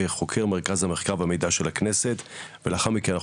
חוקר מרכז המחקר והמידע של הכנסת ולאחר מכן,